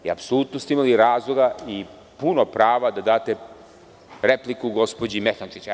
Apsolutno ste imali razloga i puno prava da date repliku gospođi Mehandžić.